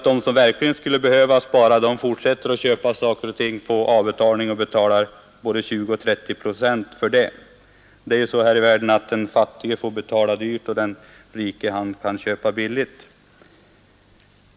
De som verkligen skulle behöva spara fortsätter nog att köpa saker och ting på avbetalning med både 20 och 30 procents ränta. Det är ju så här i världen att den fattige får betala dyrt och den rike han kan köpa billigt.